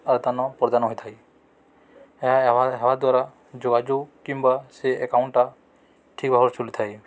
ଆଦାନ ପ୍ରଦାନ ହୋଇଥାଏ ଏହା ହେବା ଦ୍ୱାରା ଯୋଗାଯୋଗ କିମ୍ବା ସେ ଆକାଉଣ୍ଟଟା ଠିକ୍ ଭାବରେ ଚାଲିଥାଏ